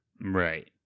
Right